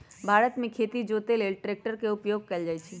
भारत मे खेती जोते लेल ट्रैक्टर के उपयोग कएल जाइ छइ